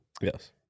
Yes